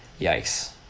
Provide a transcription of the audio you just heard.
yikes